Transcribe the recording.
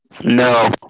No